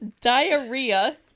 Diarrhea